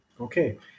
Okay